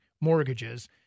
mortgages